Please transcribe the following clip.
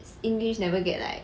english never get like